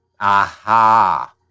Aha